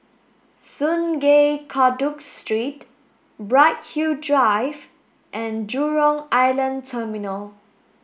Sungei Kadut Street Bright Hill Drive and Jurong Island Terminal